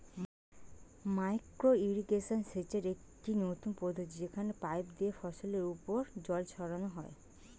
micro irrigation সেচের একটি নতুন পদ্ধতি যেখানে পাইপ দিয়ে ফসলের উপর জল ছড়ানো হয়